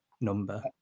number